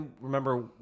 remember